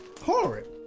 horrid